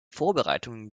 vorbereitungen